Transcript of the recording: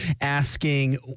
asking